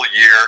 year